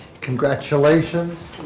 congratulations